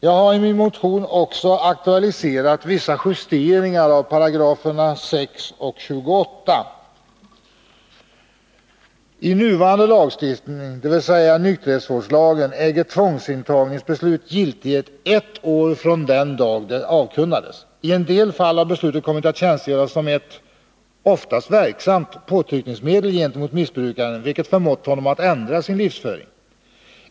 Jag har i min motion också aktualiserat vissa justeringar av 6 § och 28 §. I nuvarande lagstiftning, dvs. nykterhetsvårdslagen, äger tvångsintagningsbeslut giltighet ett år från den dag dom avkunnades. I en del fall har beslutet kommit att tjänstgöra som ett — oftast verksamt — påtryckningsmedel gentemot missbrukaren, vilket förmått honom att ändra sin livsföring.